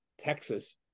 Texas